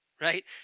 right